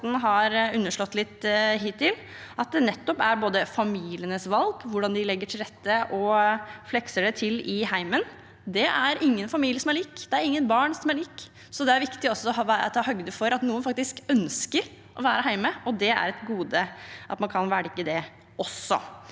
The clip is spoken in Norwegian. det nettopp er familienes valg hvordan de legger til rette og flekser det til i hjemmet. Det er ingen familier som er like, det er ingen barn som er like, så det er viktig også å ta høyde for at noen faktisk ønsker å være hjemme, og det er et gode at man kan velge det også.